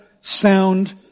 sound